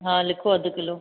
हा लिखो अधि किलो